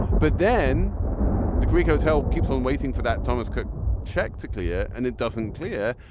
but then the greek hotel keeps on waiting for that thomas cook check to clear. and it doesn't clear.